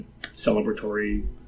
celebratory